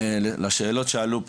לשאלות שעלו פה,